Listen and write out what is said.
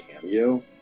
cameo